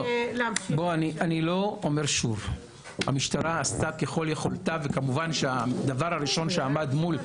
אני אומר שוב: המשטרה עשתה ככל יכולתה וכמובן שהדבר הראשון שעמד מול